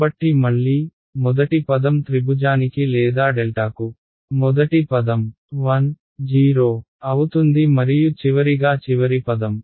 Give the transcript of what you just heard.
కాబట్టి మళ్లీ మొదటి పదం త్రిభుజానికి లేదా డెల్టాకు మొదటి పదం 1 0 అవుతుంది మరియు చివరిగా చివరి పదం